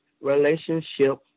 relationship